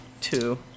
two